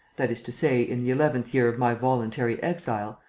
that is to say, in the eleventh year of my voluntary exile,